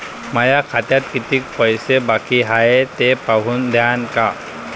माया खात्यात कितीक पैसे बाकी हाय हे पाहून द्यान का?